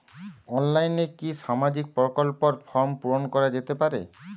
অনলাইনে কি সামাজিক প্রকল্পর ফর্ম পূর্ন করা যেতে পারে?